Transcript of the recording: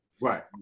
Right